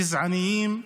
גזעניים,